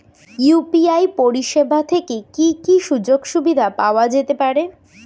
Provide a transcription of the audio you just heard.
UPI পরিষেবা থেকে কি কি সুযোগ সুবিধা পাওয়া যেতে পারে?